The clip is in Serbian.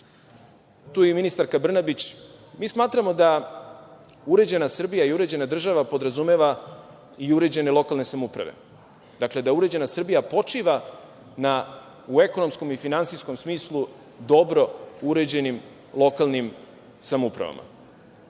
je i ministarka Brnabić, smatramo da uređena Srbija i uređena država podrazumeva i uređene lokalne samouprave. Dakle, da uređena Srbija počiva na, u ekonomskom i finansijskom smislu dobro uređenim lokalnim samoupravama.